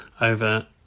over